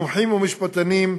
מומחים ומשפטנים,